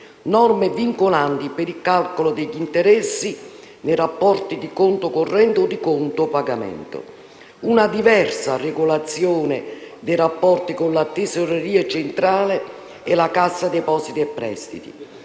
norme vincolanti per il calcolo degli interessi nei rapporti di conto corrente o di conto pagamento, una diversa regolazione dei rapporti con la Tesoreria centrale e la Cassa depositi e prestiti.